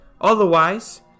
otherwise